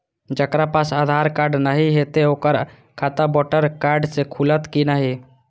जकरा पास आधार कार्ड नहीं हेते ओकर खाता वोटर कार्ड से खुलत कि नहीं?